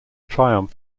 triumph